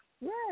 Yes